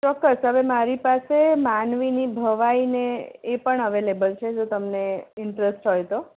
ચોક્કસ હવે મારી પાસે માનવીની ભવાઈ ને એ પણ અવેલેબલ છે જો તમને ઇન્ટરેસ્ટ હોય તો